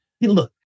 Look